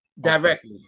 directly